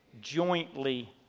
jointly